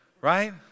Right